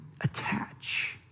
attach